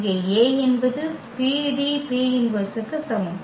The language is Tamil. இங்கே A என்பது PDP−1 க்கு சமம்